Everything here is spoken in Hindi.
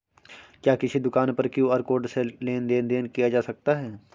क्या किसी दुकान पर क्यू.आर कोड से लेन देन देन किया जा सकता है?